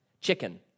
Chicken